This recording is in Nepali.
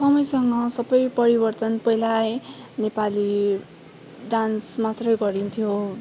समयसँग सबै परिवर्तन पहिला है नेपाली डान्स मात्रै गरिन्थ्यो